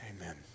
Amen